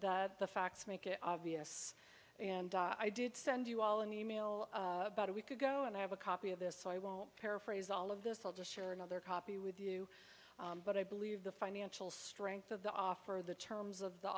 that the facts make it obvious and i did send you all an e mail about a week ago and i have a copy of this so i won't paraphrase all of this i'll just share another copy with you but i believe the financial strength of the offer or the terms of the